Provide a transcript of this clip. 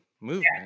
movement